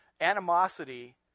animosity